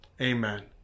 Amen